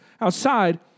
outside